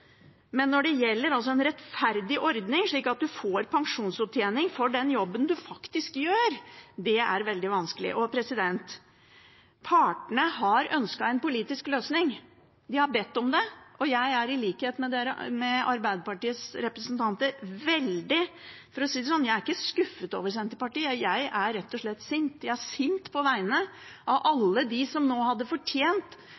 Men når det gjelder en rettferdig ordning, slik at man får pensjonsopptjening for den jobben man faktisk gjør, er det veldig vanskelig. Partene har ønsket en politisk løsning. De har bedt om det, og jeg er i likhet med Arbeiderpartiets representanter ikke skuffet over Senterpartiet, for å si det sånn, jeg er rett og slett sint. Jeg er sint på vegne av